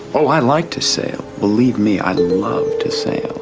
oh, i like to say. believe me, i love to say.